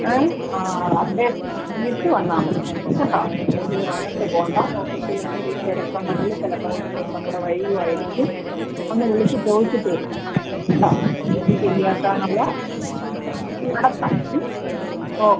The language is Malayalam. ഏഹ് ആ അപ്ഡേഷൻ അറിഞ്ഞിട്ട് വന്നാൽ മതി കേട്ടോ വെറുതെ വന്നിട്ട് പോകണ്ട ഓഫീസിലെന്തെങ്കിലും തിരക്കുണ്ടെങ്കിൽ ചിലപ്പോൾ ഒരു ദിവസം കൂടെ വൈകുവായിരിക്കും ഒന്ന് വിളിച്ച് ചോദിച്ചിട്ട് വരൂ കേട്ടോ ടി സി ശരിയാക്കാനുള്ള ഒരുക്കങ്ങൾ നടത്താം ഓക്കേ